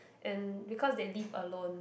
and because they live alone